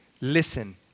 Listen